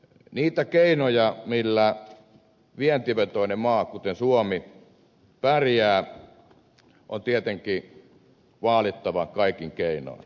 niitä keinoja millä vientivetoinen maa kuten suomi pärjää on tietenkin vaalittava kaikin keinoin